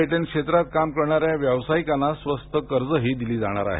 पर्यटन क्षेत्रात काम करणाऱ्या व्यावसायिकांना स्वस्त दरात कर्जे दिली जाणार आहेत